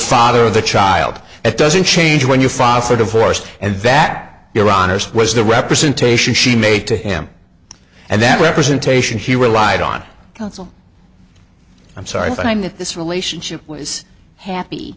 father of the child it doesn't change when you file for divorce and that your honour's was the representation she made to him and that representation he relied on counsel i'm sorry but i mean this relationship was happy